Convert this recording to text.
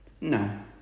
No